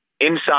inside